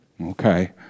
Okay